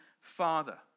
Father